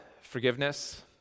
forgiveness